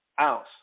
ounce